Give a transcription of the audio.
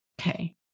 Okay